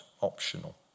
optional